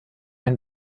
ein